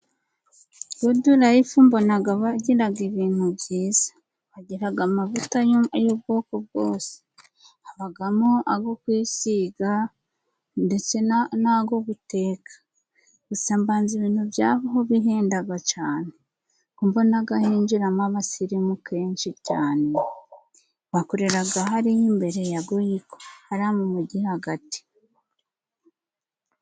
Gudulayifu mbonaga bagiraga ibintu byiza, bagiraga amavuta y'ubwoko bwose, habagamo ago gwisiga ndetse n'ago guteka. Gusa mbanza ibintu by'aho bihendaga cane, ko mbonaga hinjiramo abasirimu kenshi cyane, bakoreraga hariya imbere ya goyiko, hariya mu mujyi hagati.